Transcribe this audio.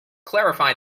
clarify